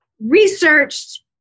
researched